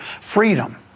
freedom